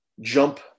jump